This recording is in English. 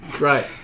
Right